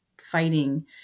fighting